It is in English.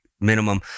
minimum